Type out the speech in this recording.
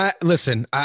Listen